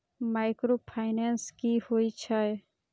Micro finance कि होई छै?